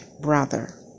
brother